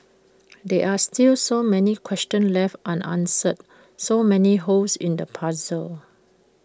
there are still so many questions left unanswered so many holes in the puzzle